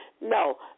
No